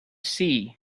sea